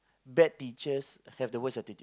bad teachers have the worst attitudes